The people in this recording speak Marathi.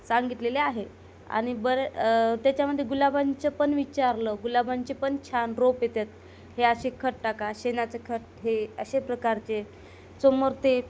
सांगितलेले आहे आणि बरे त्याच्यामध्ये गुलाबांचे पण विचारले गुलाबांचे पण छान रोप येते हे असे खत टाका शेणाचे खत हे असे प्रकारचे समोर ते